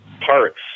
parts